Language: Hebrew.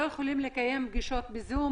פעמים לא יכולים לקיים פגישות בזום.